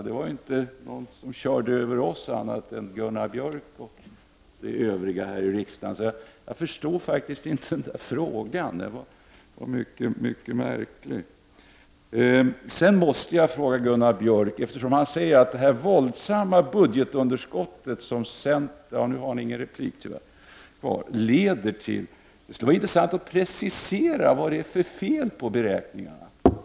Det var inte någon som körde över oss annat än Gunnar Björk och övriga här i riksdagen. Jag förstår faktiskt inte den frågan. Den var mycket märklig. Gunnar Björk talade om vad ett våldsamt budgetunderskott leder till. Jag vet att han inte har några fler repliker, men det skulle vara intressant att få preciserat vad det är för fel på beräkningarna.